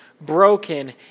broken